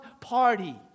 party